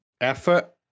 effort